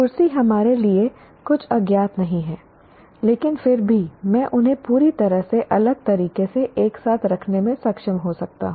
कुर्सी हमारे लिए कुछ अज्ञात नहीं है लेकिन फिर भी मैं उन्हें पूरी तरह से अलग तरीके से एक साथ रखने में सक्षम हो सकता हूं